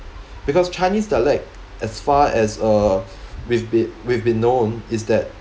because chinese dialect as far as uh we've been we've been known is that